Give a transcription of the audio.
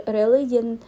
religion